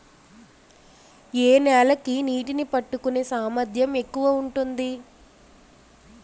ఏ నేల కి నీటినీ పట్టుకునే సామర్థ్యం ఎక్కువ ఉంటుంది?